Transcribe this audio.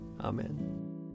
Amen